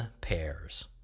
pairs